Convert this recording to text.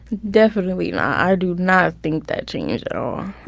definitely not. i do not think that changed at all.